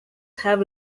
have